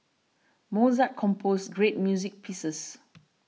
Mozart composed great music pieces